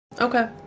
okay